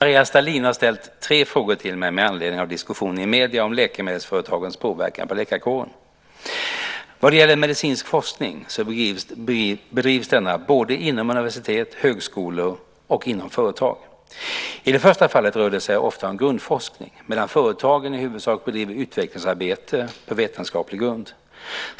Fru talman! Kerstin-Maria Stalin har ställt tre frågor till mig med anledning av diskussionen i medierna om läkemedelsföretagens påverkan på läkarkåren. Vad det gäller medicinsk forskning så bedrivs denna både inom universitet och högskolor och inom företag. I det första fallet rör det sig oftast om grundforskning medan företagen i huvudsak bedriver utvecklingsarbete på vetenskaplig grund.